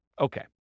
Okay